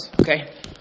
okay